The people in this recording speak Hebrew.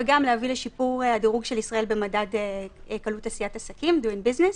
וגם להביא לשיפור דירוג ישראל במדד קלות עשיית עסקים (Doing Business).